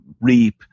reap